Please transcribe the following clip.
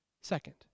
Second